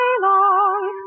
long